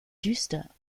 düster